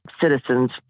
citizens